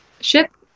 ship